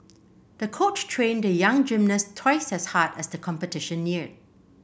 the coach trained the young gymnast twice as hard as the competition neared